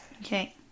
Okay